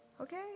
okay